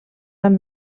amb